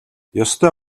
ёстой